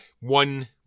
one